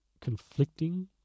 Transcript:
conflicting